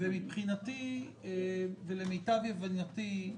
ומבחינתי ולמיטב הבנתי,